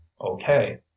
okay